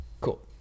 Cool